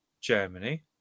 Germany